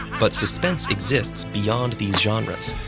but suspense exists beyond these genres.